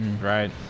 Right